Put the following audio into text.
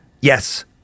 Yes